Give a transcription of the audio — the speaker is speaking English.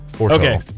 Okay